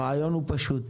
הרעיון הוא פשוט,